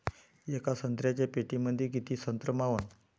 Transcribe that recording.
येका संत्र्याच्या पेटीमंदी किती संत्र मावन?